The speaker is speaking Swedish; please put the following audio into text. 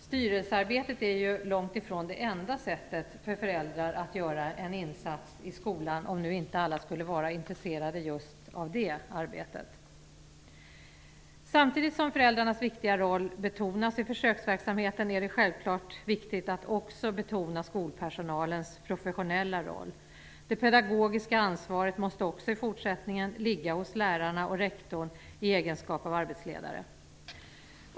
Styrelsearbetet är långt ifrån det enda sättet för föräldrar att göra en insats i skolan, om nu inte alla skulle vara intresserade av just det arbetet. Samtidigt som föräldrarnas viktiga roll betonas i försöksverksamheten är det självklart viktigt att också betona skolpersonalens professionella roll. Det pedagogiska ansvaret måste också i fortsättningen ligga hos lärarna och rektorn i egenskap av arbetsledare.